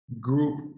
group